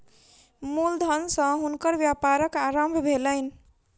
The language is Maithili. मूल धन सॅ हुनकर व्यापारक आरम्भ भेलैन